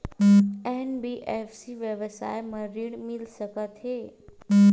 NBFC व्यवसाय मा ऋण मिल सकत हे